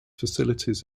facilities